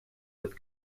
with